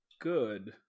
good